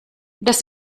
das